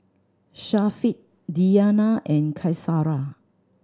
Syafiq Diyana and Qaisara